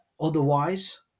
Otherwise